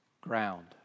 ground